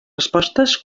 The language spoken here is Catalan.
respostes